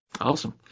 Awesome